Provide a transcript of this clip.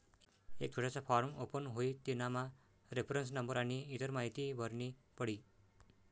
एक छोटासा form open हुई तेनामा रेफरन्स नंबर आनी इतर माहीती भरनी पडी